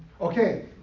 Okay